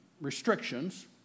restrictions